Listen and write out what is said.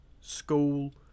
school